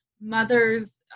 mothers